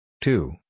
two